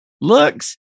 looks